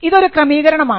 ഇതൊരു ക്രമീകരണമാണ്